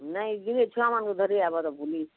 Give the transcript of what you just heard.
ନାଇଁ ଦିନେ ଛୁଆମାନ୍ଙ୍କୁ ଧରି ଆଇବାର୍ ବୁଲି